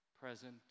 present